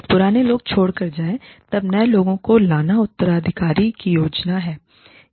जब पुराने लोग छोड़कर जाएं तब नए लोगों को लाना उत्तराधिकारी की योजना है